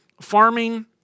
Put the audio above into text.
Farming